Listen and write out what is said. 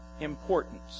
importance